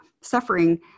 suffering